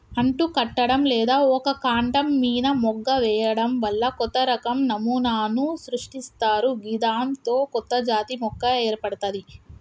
అంటుకట్టడం లేదా ఒక కాండం మీన మొగ్గ వేయడం వల్ల కొత్తరకం నమూనాను సృష్టిస్తరు గిదాంతో కొత్తజాతి మొక్క ఏర్పడ్తది